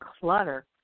clutter